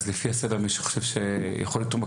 אז לפי הסדר מי שחושב שיכול לתרום,